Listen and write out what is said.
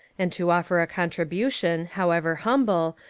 and to offer a contribu tion, however humble,